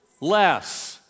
less